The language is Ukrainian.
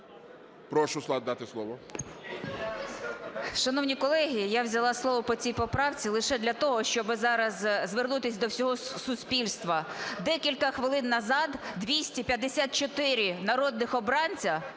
13:05:21 ЮЖАНІНА Н.П. Шановні колеги, я взяла слово по цій поправці лише для того, щоби зараз звернутися до всього суспільства. Декілька хвилин назад 254 народних обранця